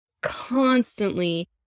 constantly